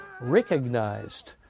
recognized